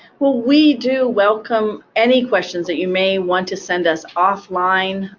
well, we do welcome any questions that you may want to send us offline.